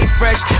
fresh